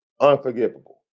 unforgivable